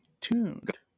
tuned